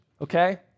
okay